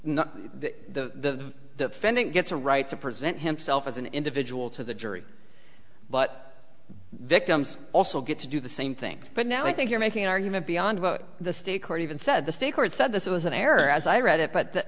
know the defendant gets a right to present himself as an individual to the jury but victims also get to do the same thing but now i think you're making an argument beyond what the state court even said the state court said this was an error as i read it but